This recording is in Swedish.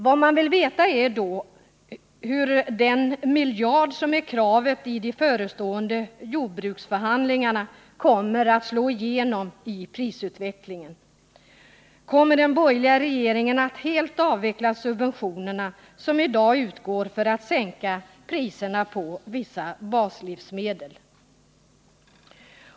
Vad man vill veta är hur den miljard som krävs i de förestående jordbruksförhandlingarna kommer att slå igenom i prisutvecklingen. Kommer den borgerliga regeringen att helt avveckla subventionerna, som i dag utgår för att sänka priserna på vissa baslivsmedel?